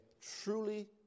truly